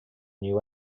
new